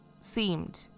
Seemed